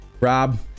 Rob